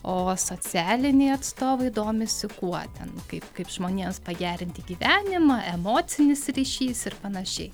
o socialiniai atstovai domisi kuo ten kaip kaip žmonėms pagerinti gyvenimą emocinis ryšys ir panašiai